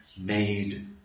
made